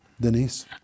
Denise